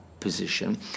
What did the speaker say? Position